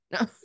no